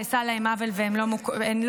נעשה להן עוול והן לא מוכרות.